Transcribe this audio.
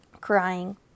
Crying